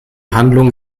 handlung